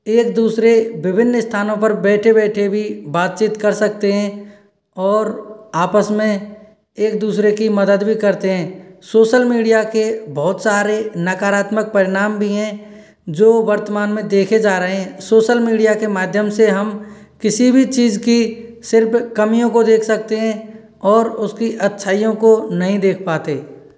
एक दूसरे से विभिन्न स्थानों पर बैठे बैठे भी बातचीत कर सकते हैं और आपस में एक दूसरे कि मदद भी करते है सोशल मीडिया के बहुत सारे नकारात्मक परिणाम भी है जो वर्तमान में देखे जा रहे हैं सोशल मीडिया के माध्यम से हम किसी भी चीज़ की सिर्फ कमियों को देख सकते है और उसकी अच्छाइयों को नहीं देख पाते